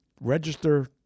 register